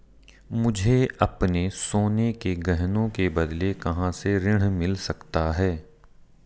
मुझे अपने सोने के गहनों के बदले कहां से ऋण मिल सकता है?